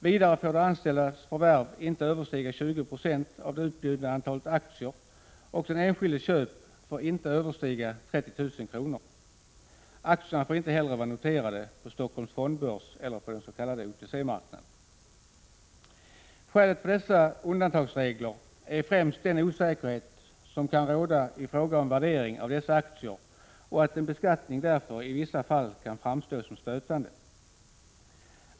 Vidare får de anställdas förvärv inte överstiga 20 90 av det utbjudna antalet aktier, och den enskildes köp får inte överstiga 30 000 kr. Aktierna får inte heller vara noterade på Stockholms fondbörs eller på den s.k. OTC-marknaden. Skälet för dessa undantagsregler är främst den osäkerhet som kan råda i fråga om värderingen av dessa aktier och att en beskattning därför i vissa fall kan framstå som stötande.